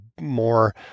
more